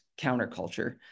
counterculture